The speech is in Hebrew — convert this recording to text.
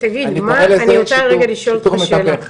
אני קורא לזה שיטור מתווך,